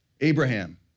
Abraham